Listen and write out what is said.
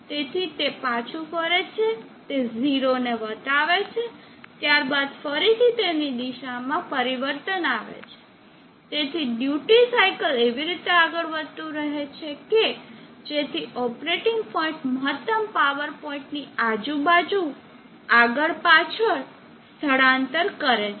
તેથી તે પાછું ફરે છે તે 0 ને વટાવે છે ત્યારબાદ ફરીથી તેની દિશામાં પરિવર્તન આવે છે તેથી ડ્યુટી સાયકલ એવી રીતે આગળ વધતું રહે છે કે જેથી ઓપરેટિંગ પોઇન્ટ મહત્તમ પાવર પોઇન્ટની આજુબાજુ આગળ પાછળ સ્થળાંતર કરે છે